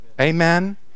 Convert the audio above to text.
Amen